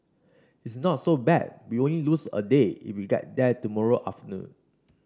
it's not so bad we only lose a day if we get there tomorrow afternoon